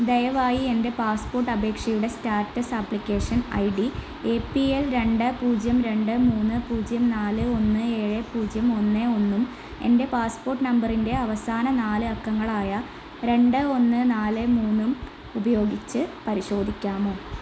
ദയവായി എൻ്റെ പാസ്പോർട്ട് അപേക്ഷയുടെ status application I D A P L രണ്ട് പൂജ്യം രണ്ട് മൂന്ന് പൂജ്യം നാല് ഒന്ന് ഏഴ് പൂജ്യം ഒന്ന് ഒന്നും ഉം എൻ്റെ പാസ്പോർട്ട് നമ്പറിൻ്റെ അവസാന നാല് അക്കങ്ങളായ രണ്ട് ഒന്ന് നാല് മൂന്നും ഉപയോഗിച്ച് പരിശോധിക്കാമോ